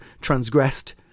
transgressed